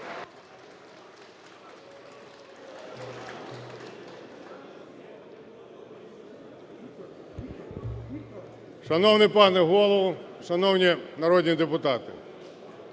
Шановний пане Голово! Шановні народні депутати!